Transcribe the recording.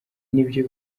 nibyo